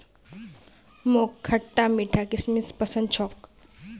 मोक खटता मीठा किशमिश पसंद छोक